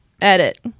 Edit